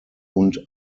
und